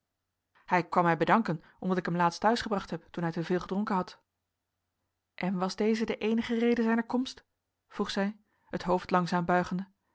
hij kwam mij bedanken omdat ik hem laatst te huis gebracht heb toen hij te veel gedronken had en was deze de eenige reden zijner komst vroeg zij het hoofd langzaam buigende